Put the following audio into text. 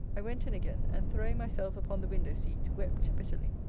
i went in again, and throwing myself upon the window-seat, wept bitterly.